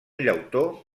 llautó